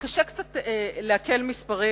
בדרך כלל אני מעדיפה שלא להכביד במספרים